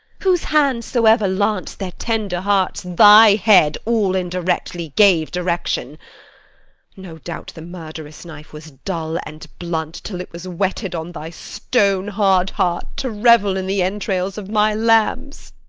whose hand soever lanc'd their tender hearts, thy head, all indirectly, gave direction no doubt the murderous knife was dull and blunt till it was whetted on thy stone-hard heart, to revel in the entrails of my lambs.